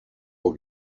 will